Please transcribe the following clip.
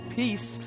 peace